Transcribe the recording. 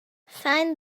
find